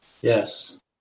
Yes